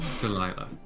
Delilah